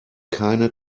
keine